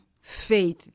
faith